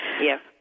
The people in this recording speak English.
Yes